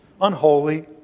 unholy